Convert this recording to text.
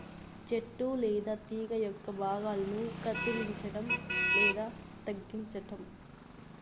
చెట్టు లేదా తీగ యొక్క భాగాలను కత్తిరించడం లేదా తగ్గించటం